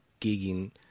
gigging